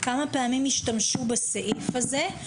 כמה פעמים השתמשו בסעיף הזה,